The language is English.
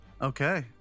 Okay